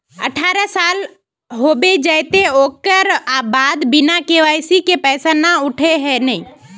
अठारह साल होबे जयते ओकर बाद बिना के.वाई.सी के पैसा न उठे है नय?